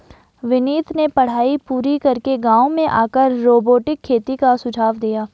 विनीत ने पढ़ाई पूरी करके गांव में आकर रोबोटिक खेती का सुझाव दिया